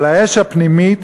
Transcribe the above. אבל האש הפנימית